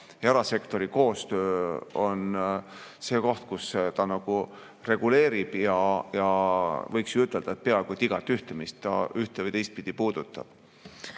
erasektori koostöö on see, mida ta reguleerib, ja võiks ütelda, et peaaegu igaühte meist ta ühte‑ või teistpidi puudutab.